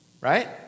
right